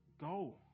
Go